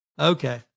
Okay